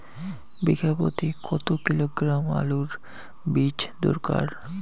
বিঘা প্রতি কত কিলোগ্রাম আলুর বীজ দরকার?